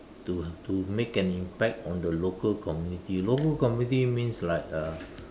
to to make an impact on the local community local community means like uh